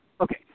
Okay